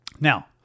Now